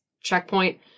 checkpoint